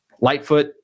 Lightfoot